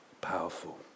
powerful